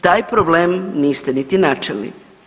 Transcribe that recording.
Taj problem niste niti načeli.